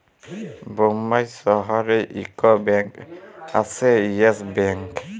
বোম্বাই শহরে ইক ব্যাঙ্ক আসে ইয়েস ব্যাঙ্ক